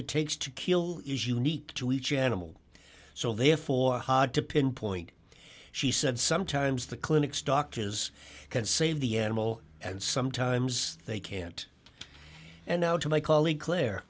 it takes to kill is unique to each animal so therefore hard to pinpoint she said sometimes the clinics doctors can save the animal and sometimes they can't and now to my colleague claire